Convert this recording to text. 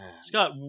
Scott